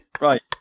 Right